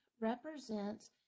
represents